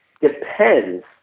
depends